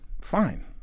Fine